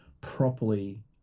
properly